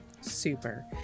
Super